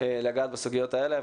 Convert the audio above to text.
לגעת בסוגיות האלה,